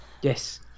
Yes